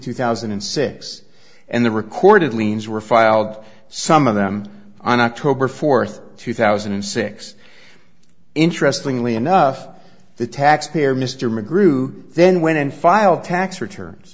two thousand and six and the recorded liens were filed some of them on october fourth two thousand and six interestingly enough the taxpayer mr mcgrew then went and filed tax returns